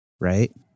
right